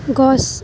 গছ